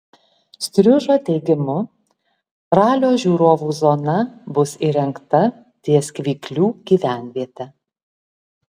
striužo teigimu ralio žiūrovų zona bus įrengta ties kvyklių gyvenviete